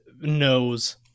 knows